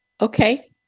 Okay